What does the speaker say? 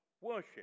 worship